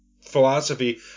philosophy